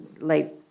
late